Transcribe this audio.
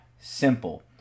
simple